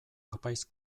apaiz